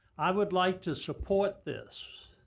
i would like to support this,